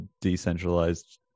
decentralized